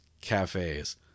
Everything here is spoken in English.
cafes